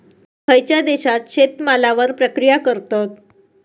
खयच्या देशात शेतमालावर प्रक्रिया करतत?